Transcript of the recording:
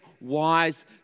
wise